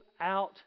out